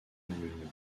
manuellement